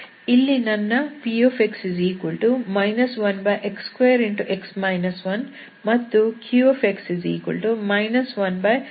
ಇಲ್ಲಿ ನನ್ನ px 1x2 ಮತ್ತು qx 1x3x 1 ಆಗಿವೆ